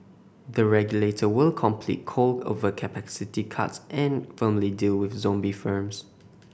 the regulator will complete coal overcapacity cuts and firmly deal with zombie firms